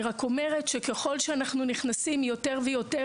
אני רק אומרת שככל שאנחנו נכנסים יותר ויותר